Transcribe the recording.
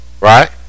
Right